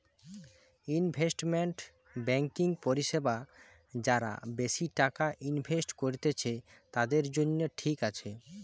investment banking পরিষেবা যারা বেশি টাকা ইনভেস্ট করত্তিছে, তাদের জন্য ঠিক আছে